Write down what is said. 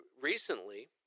recently